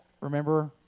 remember